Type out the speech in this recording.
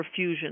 perfusion